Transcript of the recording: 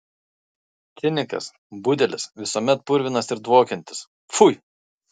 cinikas budelis visuomet purvinas ir dvokiantis pfui